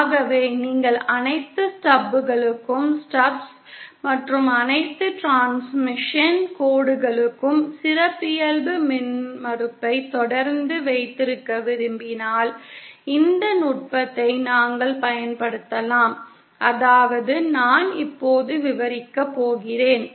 ஆகவே நீங்கள் அனைத்து ஸ்டப்களுக்கும் மற்றும் அனைத்து டிரான்ஸ்மிஷன் கோடுகளுக்கும் சிறப்பியல்பு மின்மறுப்பை தொடர்ந்து வைத்திருக்க விரும்பினால் இந்த நுட்பத்தை நாங்கள் பயன்படுத்தலாம் அதாவது நான் இப்போது விவரிக்கப் போகிறேன்